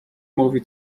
mówił